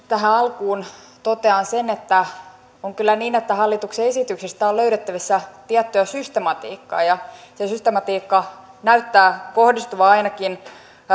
tähän alkuun totean sen että on kyllä niin että hallituksen esityksistä on löydettävissä tiettyä systematiikkaa ja se systematiikka näyttää kohdistuvan ainakin